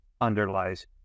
underlies